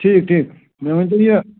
ٹھیٖک ٹھیٖک مےٚ ؤنۍتو یہِ